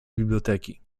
biblioteki